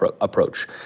approach